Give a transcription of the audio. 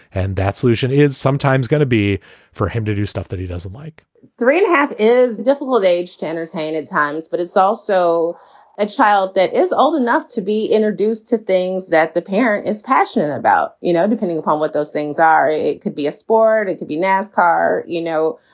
and that solution is sometimes going to be for him to do stuff that he doesn't like three and half is difficult age to entertain at times, but it's also a child that is old enough to be introduced to things that the parent is passionate about, you know, depending upon what those things are to be a sport, it be nascar. you know,